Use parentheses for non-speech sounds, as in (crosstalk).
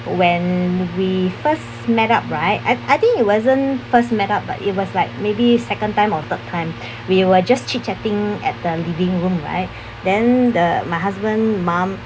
when we first met up right I I think it wasn't first met up but it was like maybe second time or third time (breath) we were just chit chatting at the living room right then the my husband mum